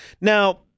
Now